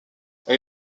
elle